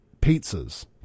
pizzas